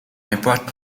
important